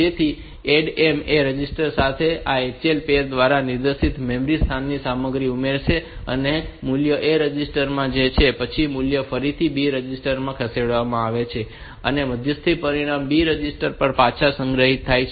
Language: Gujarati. તેથી add M એ A રજિસ્ટર સાથે આ HL પૅર દ્વારા નિર્દેશિત મેમરી સ્થાનની સામગ્રી ઉમેરશે અને મૂલ્ય A રજિસ્ટર માં છે અને પછી મૂલ્ય ફરીથી B રજિસ્ટર માં ખસેડવામાં આવે છે અને મધ્યસ્થી પરિણામ B રજીસ્ટર પર પાછા સંગ્રહિત થાય છે